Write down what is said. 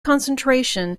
concentration